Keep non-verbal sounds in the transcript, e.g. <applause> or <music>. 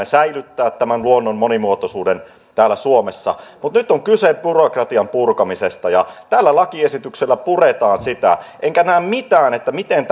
<unintelligible> säilyttää luonnon monimuotoisuuden täällä suomessa mutta nyt on kyse byrokratian purkamisesta ja tällä lakiesityksellä puretaan sitä enkä näe miten <unintelligible>